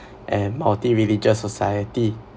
and multireligious society